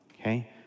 okay